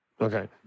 okay